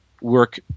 work